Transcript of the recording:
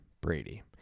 Brady